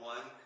One